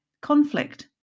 conflict